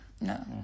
no